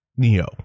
Neo